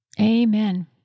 Amen